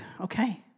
Okay